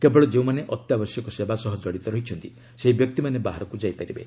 କେବଳ ଯେଉଁମାନେ ଅତ୍ୟାବଶ୍ୟକ ସେବା ସହ ଜଡ଼ିତ ଅଛନ୍ତି ସେହି ବ୍ୟକ୍ତିମାନେ ବାହାରକୁ ଯାଇ ପାରିବେ